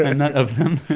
and not of them